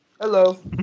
Hello